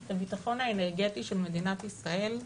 את הבטחון האנרגטי של מדינת ישראל,